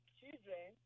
children